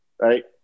right